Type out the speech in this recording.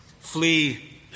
flee